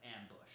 ambush